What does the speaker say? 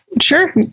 Sure